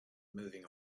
moving